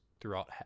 throughout